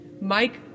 Mike